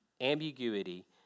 ambiguity